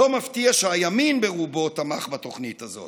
לא מפתיע שהימין ברובו תמך בתוכנית הזאת.